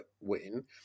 win